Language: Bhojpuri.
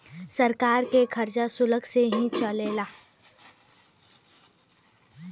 सरकार के खरचा सुल्क से ही चलेला